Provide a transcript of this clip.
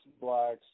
blacks